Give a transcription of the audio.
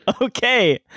Okay